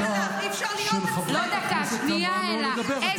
כשהייתי בתיכון אימא שלי --- תספרי עד עשר.